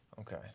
Okay